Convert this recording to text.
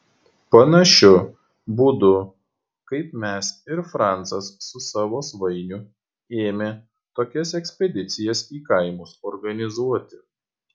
panašiu būdu kaip mes ir francas su savo svainiu ėmė tokias ekspedicijas į kaimus organizuoti